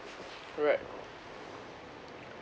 right